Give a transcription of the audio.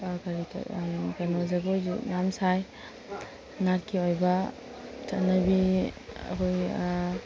ꯀꯔꯤ ꯀꯔꯤ ꯀꯩꯅꯣ ꯖꯒꯣꯏꯒꯤ ꯃꯌꯥꯝ ꯁꯥꯏ ꯅꯥꯠꯀꯤ ꯑꯣꯏꯕ ꯆꯠꯅꯕꯤ ꯑꯩꯈꯣꯏꯒꯤ